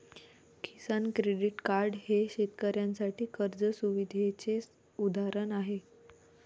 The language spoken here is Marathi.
किसान क्रेडिट कार्ड हे शेतकऱ्यांसाठी कर्ज सुविधेचे उदाहरण आहे